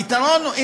הפתרון הוא,